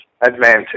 advantage